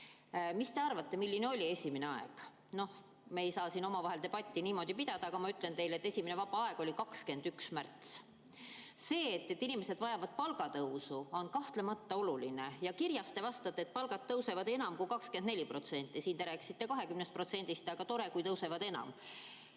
Mis te arvate, milline oli esimene aeg? Me ei saa siin omavahel niimoodi debatti pidada, ma ütlen teile, et esimene vaba aeg oli 21. märtsil. See, et inimesed vajavad palgatõusu, on kahtlemata oluline. Kirjas te vastate, et palgad tõusevad enam kui 24%, siin te rääkisite 20%‑st, aga tore, kui tõusevad enam.